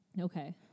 Okay